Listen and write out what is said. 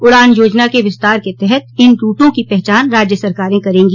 उड़ान योजना के विस्तार के तहत इन रूटों की पहचान राज्य सरकारें करेंगी